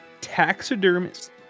taxidermist